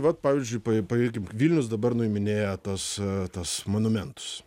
vat pavyzdžiui pa paikim vilnius dabar nuiminėja tas tas monumentus